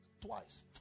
Twice